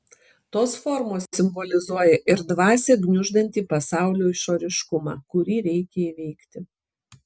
tos formos simbolizuoja ir dvasią gniuždantį pasaulio išoriškumą kurį reikia įveikti